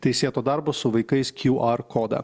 teisėto darbo su vaikais qr kodą